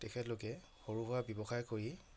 তেখেতলোকে সৰুসুৰা ব্যৱসায় কৰি